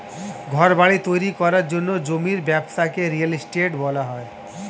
ঘরবাড়ি তৈরি করার জন্য জমির ব্যবসাকে রিয়েল এস্টেট বলা হয়